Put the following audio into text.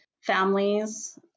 families